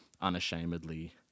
unashamedly